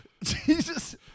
Jesus